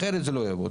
אחרת זה לא יעבוד.